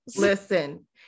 Listen